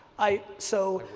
i so,